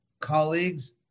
colleagues